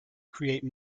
create